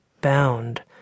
bound